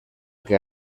que